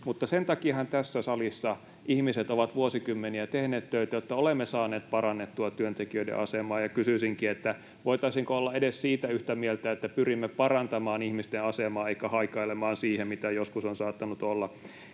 mutta sen takiahan tässä salissa ihmiset ovat vuosikymmeniä tehneet töitä, jotta olemme saaneet parannettua työntekijöiden asemaa. Ja kysyisinkin, voitaisiinko olla edes siitä yhtä mieltä, että pyrimme parantamaan ihmisten asemaa emmekä haikailemaan sitä, mitä joskus on saattanut olla.